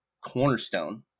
cornerstone